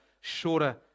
Shorter